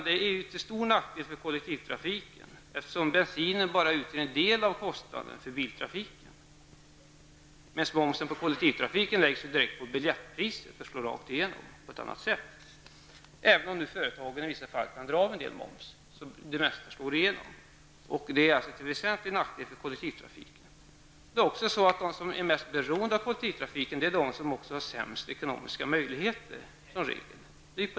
Det är till stor nackdel för kollektivtrafiken, eftersom bensinen bara utgör en del av kostnaden för biltrafiken, medan momsen på kollektivtrafiken läggs direkt på biljettpriset och slår igenom på ett annat sätt. Även om företagen i vissa fall kan dra av en del moms, så slår det mesta igenom, och det är alltså till väsentlig nackdel för kollektivtrafiken. Och de som är mest beroende av kollektivtrafiken är som regel de som också har de sämsta ekonomiska möjligheterna.